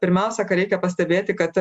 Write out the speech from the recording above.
pirmiausia ką reikia pastebėti kad